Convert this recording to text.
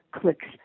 clicks